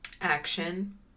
action